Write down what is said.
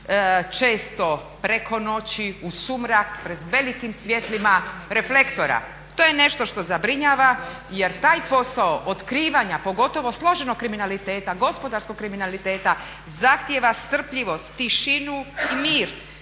često preko noći, u sumrak, pred velikim svjetlima reflektora. To je nešto što zabrinjava, jer taj posao otkrivanja, pogotovo složenog kriminaliteta, gospodarskog kriminaliteta zahtjeva strpljivost, tišinu i mir.